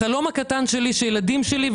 החלום הקט שלי הוא שהילדים שלי,